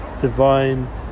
divine